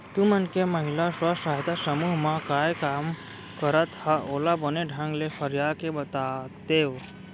तुमन के महिला स्व सहायता समूह म काय काम करत हा ओला बने ढंग ले फरिया के बतातेव?